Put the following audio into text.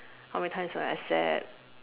how many times am I sad